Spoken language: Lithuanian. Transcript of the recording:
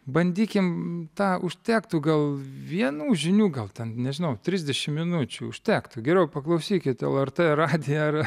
bandykime tą užtektų gal vienų žinių gal ten nežinau trisdešimt minučių užtektų geriau paklausykit lrt radiją ar